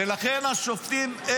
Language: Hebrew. ולכן השופטים,